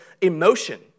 emotion